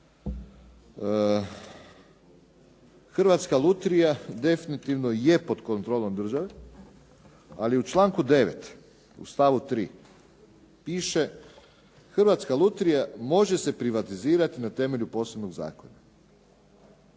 Hrvatska lutrija definitivno je pod kontrolom države, ali u članku 9. u stavu 3. piše: "Hrvatska lutrija može se privatizirati na temelju posebnog zakona.".